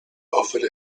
offered